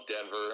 Denver